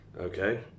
okay